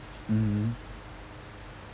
mmhmm